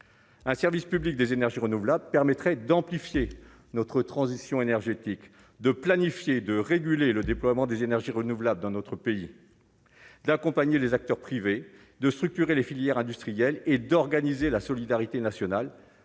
un service public des énergies renouvelables permettrait d'amplifier notre transition énergétique de planifier de réguler le déploiement des énergies renouvelables dans notre pays, d'accompagner les acteurs privés de structurer les filières industrielles et d'organiser la solidarité nationale